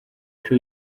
bice